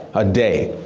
a day.